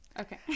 okay